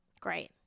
Great